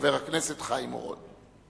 חבר הכנסת חיים אורון.